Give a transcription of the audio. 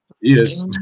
Yes